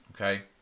okay